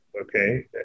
okay